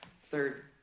Third